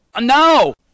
No